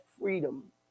freedom